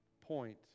point